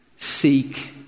Seek